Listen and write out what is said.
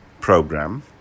program